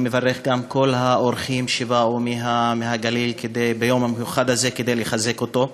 אני מברך גם כל האורחים שבאו מהגליל ביום המיוחד הזה כדי לחזק אותו.